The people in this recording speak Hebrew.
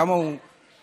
כמה הוא גאון,